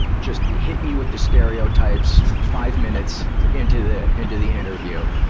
just hitting you with the stereotypes five minutes into the, into the interview.